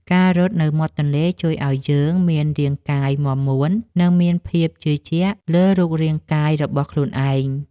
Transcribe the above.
ការរត់នៅមាត់ទន្លេជួយឱ្យយើងមានរាងកាយមាំមួន និងមានភាពជឿជាក់លើរូបរាងកាយរបស់ខ្លួនឯង។